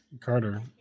Carter